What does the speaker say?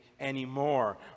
anymore